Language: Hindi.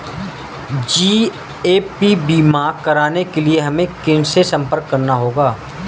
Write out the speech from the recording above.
जी.ए.पी बीमा कराने के लिए हमें किनसे संपर्क करना होगा?